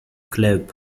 club